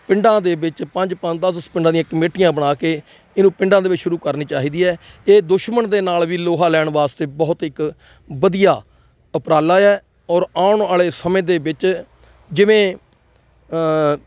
ਪਿੰਡਾਂ ਦੇ ਵਿੱਚ ਪੰਜ ਪੰਜ ਦਸ ਦਸ ਪਿੰਡਾਂ ਦੀਆਂ ਕਮੇਟੀਆਂ ਬਣਾ ਕੇ ਇਹਨੂੰ ਪਿੰਡਾਂ ਦੇ ਵਿੱਚ ਸ਼ੁਰੂ ਕਰਨੀ ਚਾਹੀਦੀ ਹੈ ਇਹ ਦੁਸ਼ਮਣ ਦੇ ਨਾਲ ਵੀ ਲੋਹਾ ਲੈਣ ਵਾਸਤੇ ਬਹੁਤ ਹੀ ਵਧੀਆ ਉਪਰਾਲਾ ਆ ਔਰ ਆਉਣ ਵਾਲੇ ਸਮੇਂ ਦੇ ਵਿੱਚ ਜਿਵੇਂ